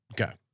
Okay